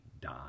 die